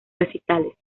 recitales